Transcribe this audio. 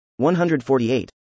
148